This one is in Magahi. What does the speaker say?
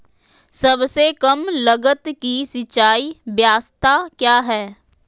सबसे कम लगत की सिंचाई ब्यास्ता क्या है?